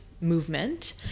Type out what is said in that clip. movement